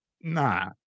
nah